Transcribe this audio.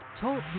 Talk